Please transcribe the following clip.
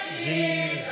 Jesus